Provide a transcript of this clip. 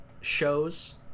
shows